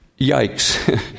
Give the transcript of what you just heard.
Yikes